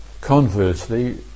Conversely